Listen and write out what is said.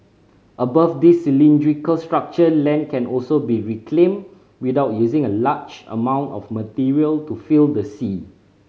above this cylindrical structure land can also be reclaimed without using a large amount of material to fill the sea